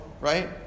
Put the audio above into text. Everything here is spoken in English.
right